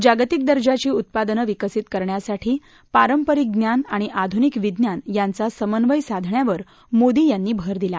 जागतिक दर्जाची उत्पादनं विकसित करण्यासाठी पारंपरिक ज्ञान आणि आधुनिक विज्ञान यांचा समन्वय साधण्यावर मोदी यांनी भर दिला